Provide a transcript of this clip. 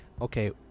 okay